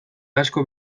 asko